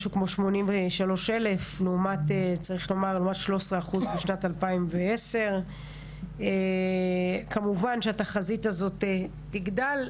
משהו כמו 83,000 לעומת 13% בשנת 2010. כמובן שהתחזית הזאת תגדל,